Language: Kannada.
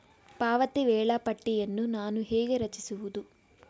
ಪಾವತಿ ವೇಳಾಪಟ್ಟಿಯನ್ನು ನಾನು ಹೇಗೆ ರಚಿಸುವುದು?